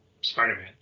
spider-man